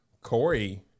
Corey